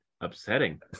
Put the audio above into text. upsetting